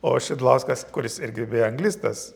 o šidlauskas kuris irgi beje anglistas